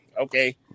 okay